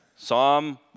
Psalm